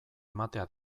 ematea